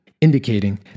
indicating